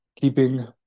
keeping